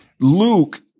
Luke